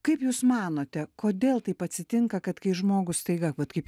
kaip jūs manote kodėl taip atsitinka kad kai žmogų staiga vat kaip